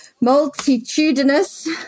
Multitudinous